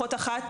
אחות אחת,